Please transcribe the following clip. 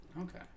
Okay